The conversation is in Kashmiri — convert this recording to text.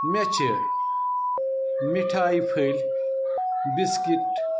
مےٚ چھِ مِٹھایہِ پھٔلۍ بِسکِٹ